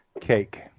cake